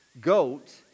goat